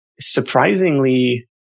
surprisingly